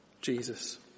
Jesus